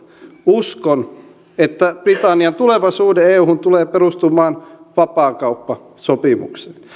uskon että britannian tuleva suhde euhun tulee perustumaan vapaakauppasopimukseen